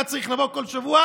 היה צריך לבוא כל שבוע,